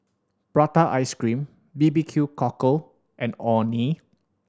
prata ice cream B B Q Cockle and Orh Nee